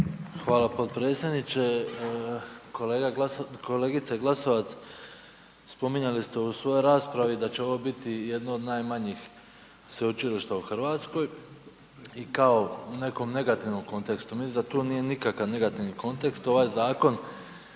Hvala potpredsjedniče. Kolega, kolegice Glasovac, spominjali ste u svojoj raspravi da će ovo biti jedno od najmanjih sveučilišta u RH i kao u nekom negativnom kontekstu. Mislim da tu nije nikakav negativni kontekst, ovaj zakon